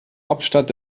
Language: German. hauptstadt